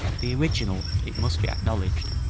the original, it must be acknowledged,